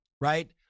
right